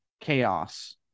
chaos